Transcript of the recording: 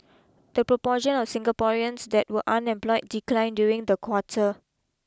the proportion of Singaporeans that were unemployed declined during the quarter